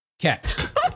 cat